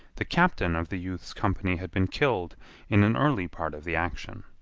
the captain of the youth's company had been killed in an early part of the action.